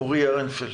אורי אהרנפלד.